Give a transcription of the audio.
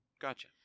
Gotcha